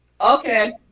Okay